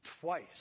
twice